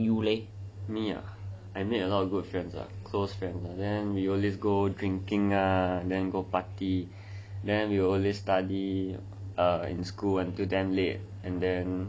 me ah I made a lot of good friends ah close firends ah then we always go drinking ah go party then we always study in school until damn late and then